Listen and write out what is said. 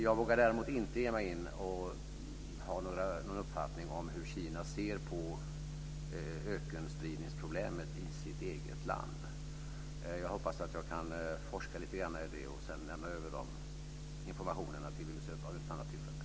Jag vågar däremot inte ge mig in och ha någon uppfattning om hur Kina ser på ökenspridningsproblemet i sitt eget land. Jag hoppas att jag kan forska lite grann i det och sedan lämna över de informationerna till Willy Söderdahl vid ett annat tillfälle.